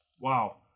Wow